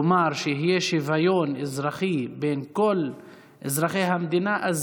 כלומר שיהיה שוויון אזרחי בין כל אזרחי המדינה,